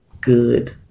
good